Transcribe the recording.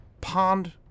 Pond